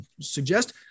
suggest